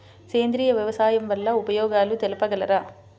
సేంద్రియ వ్యవసాయం వల్ల ఉపయోగాలు తెలుపగలరు?